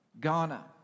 Ghana